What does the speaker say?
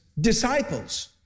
disciples